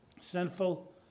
Sinful